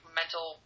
mental